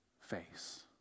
face